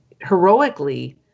heroically